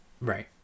right